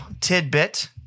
tidbit